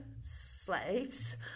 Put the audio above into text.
slaves